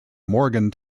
morgan